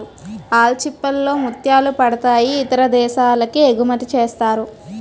ఆల్చిచిప్పల్ లో ముత్యాలు పుడతాయి ఇతర దేశాలకి ఎగుమతిసేస్తారు